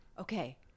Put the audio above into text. okay